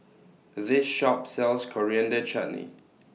This Shop sells Coriander Chutney